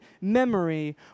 memory